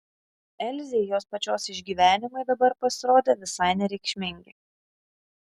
elzei jos pačios išgyvenimai dabar pasirodė visai nereikšmingi